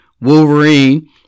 Wolverine